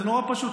זה נורא פשוט.